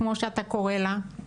כמו שאתה קורא לה,